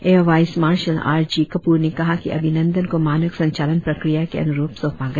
air vice marshal R G Kapoor ने कहा कि अभिनंदन को मानक संचालन प्रक्रिया के अनुरुप सौंपा गया